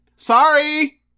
sorry